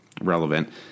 relevant